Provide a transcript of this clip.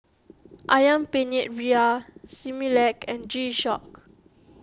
Ayam Penyet Ria Similac and G Shock